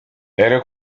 elle